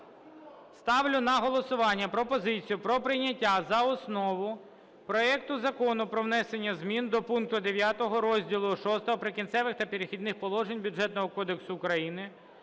ставлю на голосування пропозицію про прийняття за основу проекту Закону про внесення змін до пункту 9 розділу VI "Прикінцеві та перехідні положення" Бюджетного кодексу України